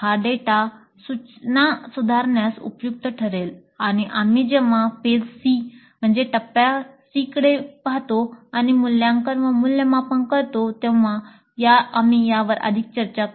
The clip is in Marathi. हा डेटा सूचना सुधारण्यास उपयुक्त ठरेल आणि आम्ही जेव्हा फेज C कडे पाहतो आणि मूल्यांकन व मूल्यमापन करतो तेव्हा आम्ही यावर अधिक चर्चा करू